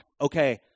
okay